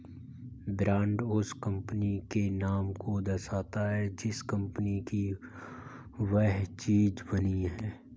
brand उस company के नाम को दर्शाता है जिस कंपनी की वह चीज बनी है